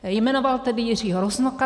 Jmenoval tedy Jiřího Rusnoka.